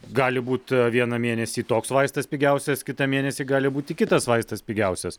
gali būt vieną mėnesį toks vaistas pigiausias kitą mėnesį gali būti kitas vaistas pigiausias